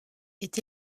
est